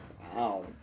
Wow